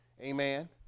amen